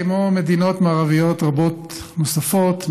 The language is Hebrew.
כמו מדינות מערביות רבות נוספות,